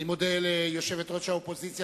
אני מודה ליושבת-ראש האופוזיציה,